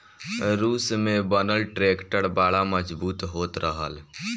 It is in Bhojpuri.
रूस में बनल ट्रैक्टर बड़ा मजबूत होत रहल